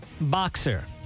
Boxer